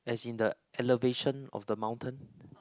as in the elevation of the mountain